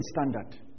standard